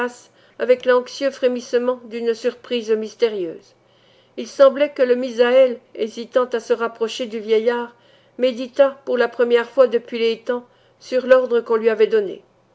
avec l'anxieux frémissement d'une surprise mystérieuse il semblait que le misaël hésitant à se rapprocher du vieillard méditât pour la première fois depuis les temps sur l'ordre qu'on lui avait donné